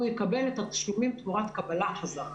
והוא יקבל את התשלומים תמורת קבלה חזרה.